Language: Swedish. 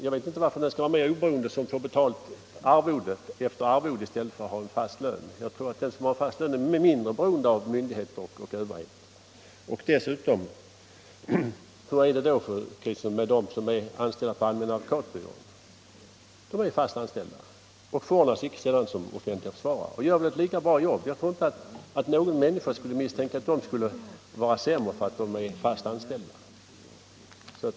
Jag vet inte varför den skulle vara mera oberoende som får arvode i stället för att ha fast lön. Jag tror att den som har fast lön är mindre beroende av myndigheter och överhet. Dessutom, fru Kristensson, hur är det i så fall med de jurister som är anställda på Allmänna advokatbyrån och som icke sällan förordnas som offentliga försvarare och gör ett lika bra jobb? De är fast anställda. Jag tror inte att någon människa misstänker att de är sämre därför att de är fast anställda.